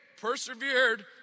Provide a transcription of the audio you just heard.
persevered